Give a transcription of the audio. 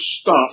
stop